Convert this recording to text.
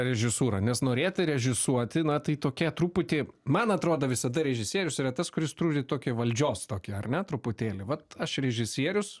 režisūrą nes norėta režisuoti na tai tokia truputį man atrodo visada režisierius yra tas kuris turi tokią valdžios tokią ar ne truputėlį vat aš režisierius